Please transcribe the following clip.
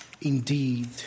indeed